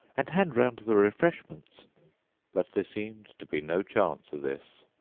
and hand round the refreshments but there seemed to be no chance of this,